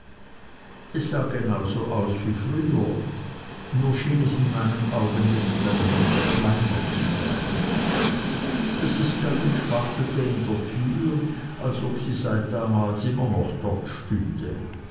sah genau so aus wie früher nur schien es in meinen augen jetzt ein wenig kleiner zu sein mrs gummidge wartete in der tür als ob sie seit damals immer noch dortstünde